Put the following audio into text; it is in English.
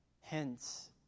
Hence